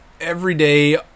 everyday